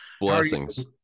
Blessings